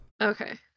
Okay